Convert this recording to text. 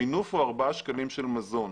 המינוף הוא ארבעה שקלים של מזון.